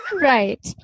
Right